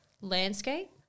landscape